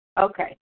Okay